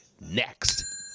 Next